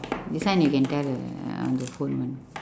this one you can tell the on the phone one